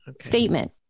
statement